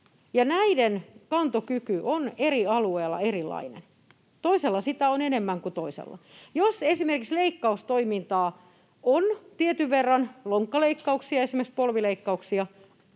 näiden kantokyky on eri alueilla erilainen. Toisella sitä on enemmän kuin toisella. Jos esimerkiksi leikkaustoimintaa on tietyn verran, lonkkaleikkauksia ja esimerkiksi polvileikkauksia,